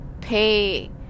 pay